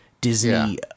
Disney